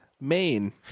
main